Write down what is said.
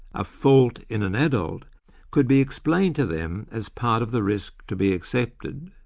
a fault in an adult could be explained to them as part of the risk to be accepted.